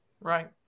Right